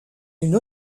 une